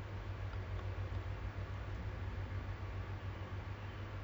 house where you don't have to do things under your parents' rule